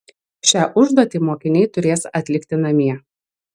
šią užduotį mokiniai turės atlikti namie